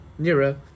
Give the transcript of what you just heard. Nira